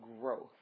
growth